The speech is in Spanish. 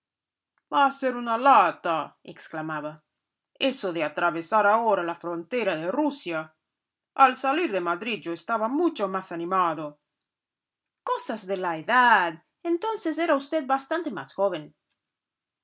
va a ser una lata exclamaba eso de atravesar ahora la frontera de rusia al salir de madrid yo estaba mucho más animado cosas de la edad entonces era usted bastante más joven